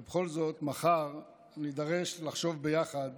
ובכל זאת, מחר נידרש לחשוב ביחד